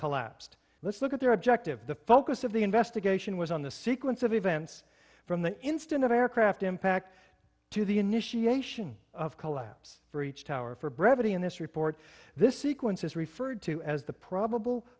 collapsed let's look at their objective the focus of the investigation was on the sequence of events from the instant of aircraft impact to the initiation of collapse for each tower for brevity in this report this sequence is referred to as the probable